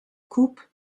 coupe